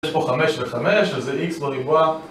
יש פה חמש וחמש וזה איקס בריבוע